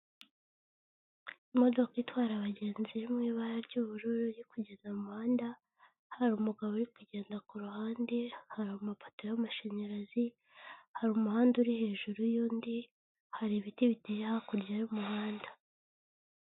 Imodoka itwara abagenzi iri mu ibara ry'ubururu iri kugeza mu muhanda ha umugabo uri kugenda kuruhande hari amapoto y'amashanyarazi hari umuhanda uri hejuru y'undi hari ibiti biteye hakurya y'umuhanda.